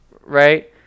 right